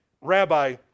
Rabbi